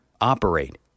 operate